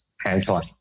hands-on